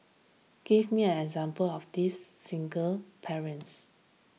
give me an example of this single parents